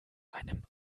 einem